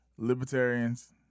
Libertarians